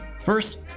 First